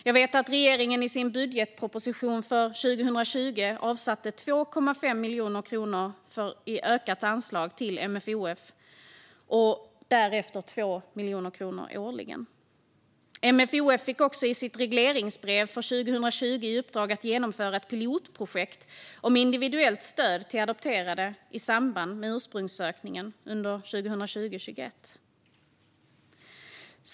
Jag vet också att regeringen i sin budgetproposition för 2020 avsatte 2,5 miljoner kronor i ökat anslag till MFoF och därefter 2 miljoner kronor årligen. MFoF fick också i sitt regleringsbrev för 2020 i uppdrag att genomföra ett pilotprojekt om individuellt stöd till adopterade i samband med ursprungssökning under 2020-2021.